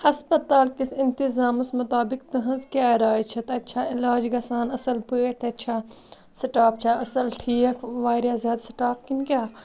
ہَسپَتالکِس اِنتظامَس مُطابِق تُہنٛز کیاہ راے چھِ تَتہِ چھا علاج گَژھان اَصٕل پٲٹھۍ تَتہِ چھا سِٹاف چھا اَصٕل ٹھیک وارِیاہ زیادٕ سِٹاف کِنہ کیاہ